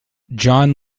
john